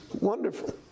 Wonderful